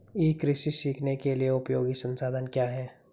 ई कृषि सीखने के लिए उपयोगी संसाधन क्या हैं?